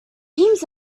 memes